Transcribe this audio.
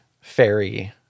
fairy